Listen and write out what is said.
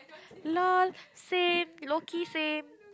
lol same lowkey same